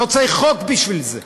לא צריך חוק בשביל זה.